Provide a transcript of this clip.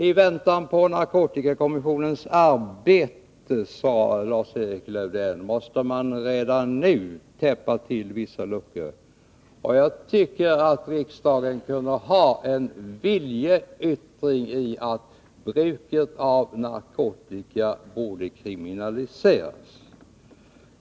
I väntan på narkotikakommissionens arbete, sade Lars-Erik Lövdén, måste man redan nu täppa till vissa luckor. Jag tycker att riksdagen kunde göra en viljeyttring genom att kriminalisera bruket av narkotikan.